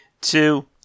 two